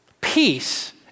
Peace